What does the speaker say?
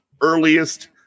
earliest